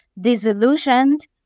disillusioned